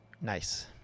Nice